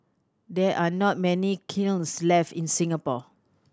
there are not many kilns left in Singapore